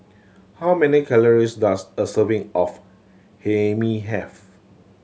how many calories does a serving of Hae Mee have